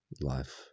life